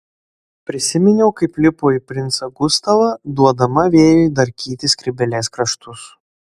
prisiminiau kaip lipo į princą gustavą duodama vėjui darkyti skrybėlės kraštus